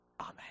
Amen